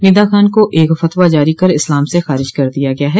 निदा खान को एक फतवा जारी कर इस्लाम से खारिज कर दिया गया है